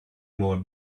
more